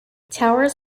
towers